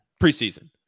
preseason